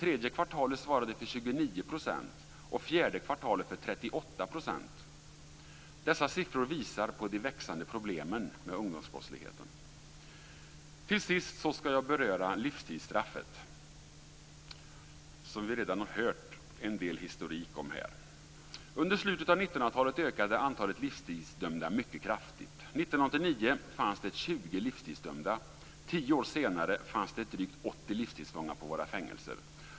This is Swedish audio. Tredje kvartalet svarade för 29 % och fjärde kvartalet för 38 %. Dessa siffror visar på de växande problemen med ungdomsbrottsligheten. Till sist ska jag beröra livstidsstraffet, som vi redan har hört en del historik om här. Under slutet av 1900-talet ökade antalet livstidsdömda mycket kraftigt. 1989 fanns det 20 livstidsdömda. Tio år senare fanns det drygt 80 livstidsfångar på våra fängelser.